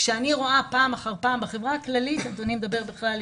כשאני רואה פעם אחר פעם בחברה הכללית אדוני מדבר בכלל על